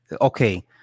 okay